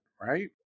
Right